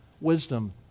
Wisdom